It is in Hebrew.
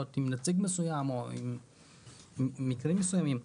עם נציג מסוים או עם מקרים מסוימים.